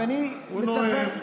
ואני מצפה,